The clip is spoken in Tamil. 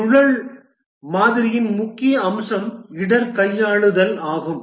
சுழல் மாதிரியின் முக்கிய அம்சம் இடர் கையாளுதல் ஆகும்